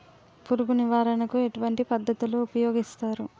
పురుగు నివారణ కు ఎటువంటి పద్ధతులు ఊపయోగిస్తారు?